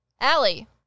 Allie